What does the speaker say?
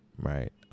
right